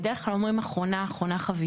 בדרך כלל אומרים אחרונה חביבה.